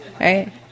Right